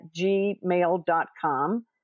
gmail.com